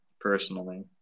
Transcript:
personally